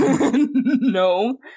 No